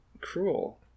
Cruel